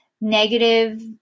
negative